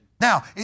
Now